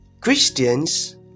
Christians